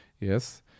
yes